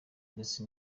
ndetse